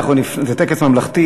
זה טקס ממלכתי.